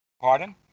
Pardon